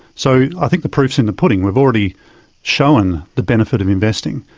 so i think the proof is in the pudding. we've already shown the benefit of investing.